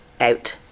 out